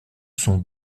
sont